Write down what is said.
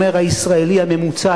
אומר הישראלי הממוצע,